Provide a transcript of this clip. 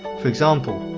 for example,